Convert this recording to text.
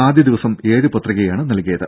ആദ്യ ദിവസം ഏഴ് പത്രികയാണ് നൽകിയത്